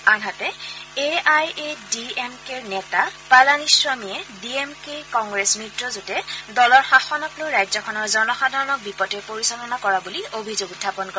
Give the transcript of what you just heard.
আনহাতে A I A D M কেৰ নেতা পালানিস্বামীয়ে ডি এম কে কংগ্ৰেছ মিত্ৰজোঁটে দলৰ শাসনক লৈ ৰাজ্যখনৰ জনসাধাৰণক বিপথে পৰিচালনা কৰা বুলি অভিযোগ উখাপন কৰে